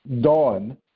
dawn